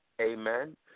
Amen